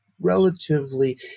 relatively